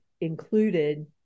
included